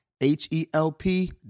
H-E-L-P